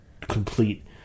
complete